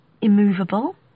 Immovable